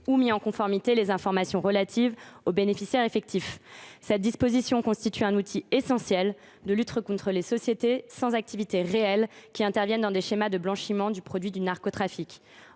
ou mis en conformité les informations relatives aux bénéficiaires effectifs. Cette disposition constitue un outil essentiel de lutte contre les sociétés sans activité réelle, qui interviennent dans les schémas de blanchiment du produit du narcotrafic.